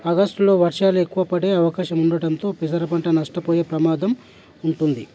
ఆగస్టులో వర్షాలు ఎక్కువ పడే అవకాశం ఉండటంతో పెసర పంట నష్టపోయే ప్రమాదం ఉంటుంది